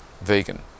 vegan